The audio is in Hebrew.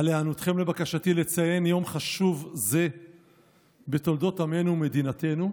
על היענותכם לבקשתי לציין יום חשוב זה בתולדות עמנו ומדינתנו.